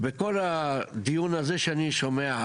בכל הדיון הזה שאני שומע,